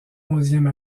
onzième